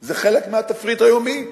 זה חלק מהתפריט היומי.